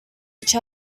each